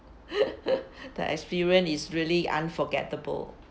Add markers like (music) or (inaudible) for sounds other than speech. (laughs) the experience is really unforgettable